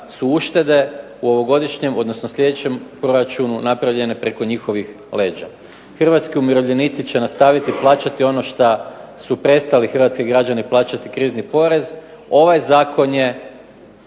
su uštede u prošlogodišnjem odnosno sljedećem proračunu napravljene preko njihovih leđa. Hrvatski umirovljenici će nastaviti plaćati ono što su prestali Hrvatski građani plaćati krizni porez, ovaj Zakon je